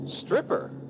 Stripper